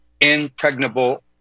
impregnable